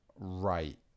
Right